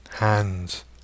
Hands